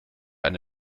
eine